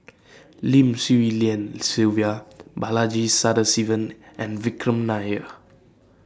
Lim Swee Lian Sylvia Balaji Sadasivan and Vikram Nair